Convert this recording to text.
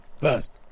First